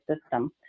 system